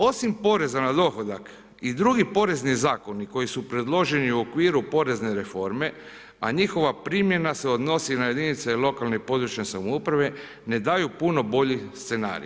Osim poreza na dohodak i drugi porezni zakoni koji su predloženi u okviru porezne reforme, a njihova primjena se odnosi na jedinice lokalne područne samouprave ne daju puno bolji scenarij.